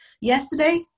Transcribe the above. yesterday